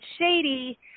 shady